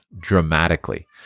dramatically